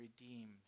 redeem